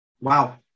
Wow